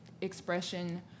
expression